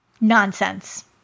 Nonsense